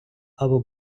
або